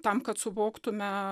tam kad suvoktume